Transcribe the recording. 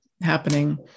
happening